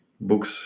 books